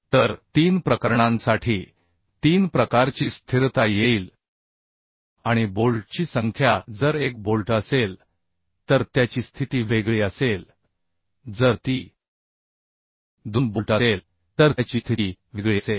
तर 3 प्रकरणांसाठी 3 प्रकारची स्थिरता येईल आणि बोल्टची संख्या जर 1 बोल्ट असेल तर त्याची स्थिती वेगळी असेल जर ती 2 बोल्ट असेल तर त्याची स्थिती वेगळी असेल